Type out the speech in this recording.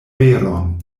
veron